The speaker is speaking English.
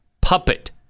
puppet